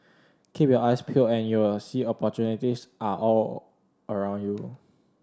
keep your eyes peeled and you will see opportunities are all around you